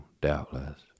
doubtless